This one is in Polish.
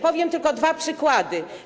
Podam tylko dwa przykłady.